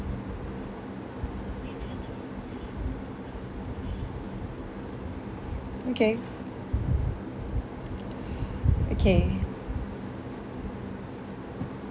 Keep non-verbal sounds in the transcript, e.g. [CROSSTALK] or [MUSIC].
okay [NOISE] okay